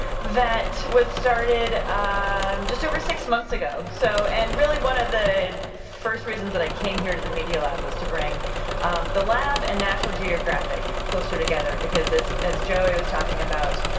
that was started um just over six months ago. so and really, one of the first reasons that i came here to the media lab was to bring the lab, and national geographic closer together, because as as joi was talking about,